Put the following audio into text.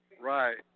Right